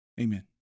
Amen